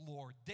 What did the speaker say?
Lord